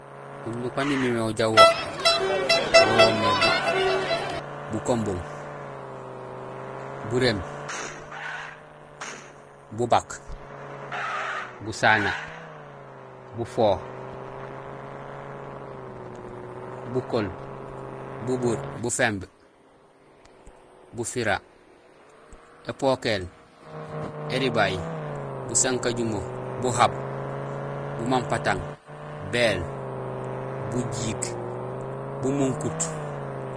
Ununuk waan imimé ujaaw wo wo woomé; bukombung, busankajumo, buréém, bubaak, busana, bufooh, bukool, bubuur, buféémb, bufira, épokéél, éribay, busankajumo, buhaab, bumampatang, béél, bujiik, bumunkut.